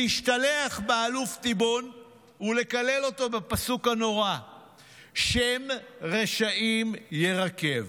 להשתלח באלוף תיבון ולקלל אותו בפסוק הנורא "שם רשעים ירקב".